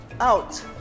out